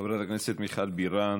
חברת הכנסת מיכל בירן,